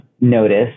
notice